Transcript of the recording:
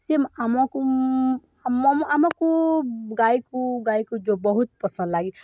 ସିଏ ଆମକୁ ଆମକୁ ଗାଈକୁ ଗାଈକୁ ଯେଉଁ ବହୁତ ପସନ୍ଦ ଲାଗେ